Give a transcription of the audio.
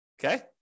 Okay